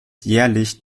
jährlich